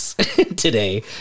today